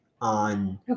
on